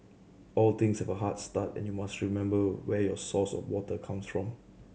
all things about a hard start and you must remember where your source of water comes from